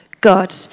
God